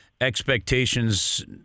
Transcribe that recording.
expectations